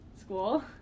school